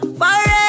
Forever